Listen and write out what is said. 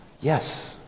yes